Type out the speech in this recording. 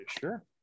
sure